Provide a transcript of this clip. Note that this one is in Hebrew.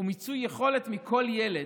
ומיצוי יכולת מכל ילד,